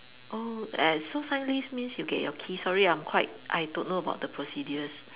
oh err so sign lease means you get your key sorry I'm quite I don't know about the procedures